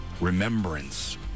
remembrance